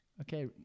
Okay